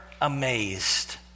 amazed